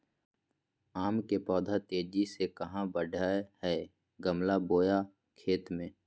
आम के पौधा तेजी से कहा बढ़य हैय गमला बोया खेत मे?